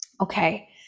okay